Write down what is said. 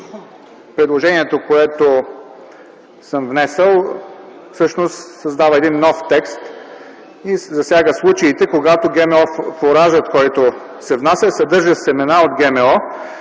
предложението, което съм внесъл, всъщност създава един нов текст и се засягат случаите, когато ГМО фуражът, който се внася, съдържа семена от ГМО,